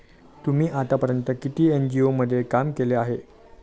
तुम्ही आतापर्यंत किती एन.जी.ओ मध्ये काम केले आहे?